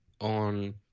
on